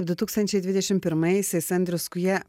du tūkstančiai dvidešim pirmaisiais andrius skuja